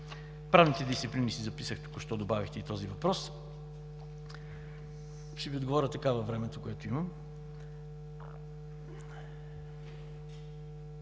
Правните дисциплини, записах си току-що – добавихте и този въпрос. Ще Ви отговоря във времето, което имам.